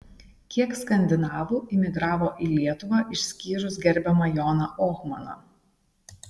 kiek skandinavų imigravo į lietuvą išskyrus gerbiamą joną ohmaną